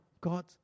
God